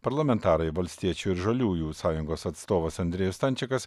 parlamentarai valstiečių ir žaliųjų sąjungos atstovas andrejus stančikas